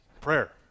Prayer